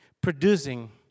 producing